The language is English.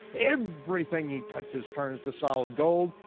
everything he touches turns to solid gold,